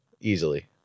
easily